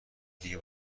دیگه